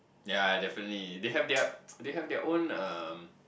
yea definitely they have their they have their own um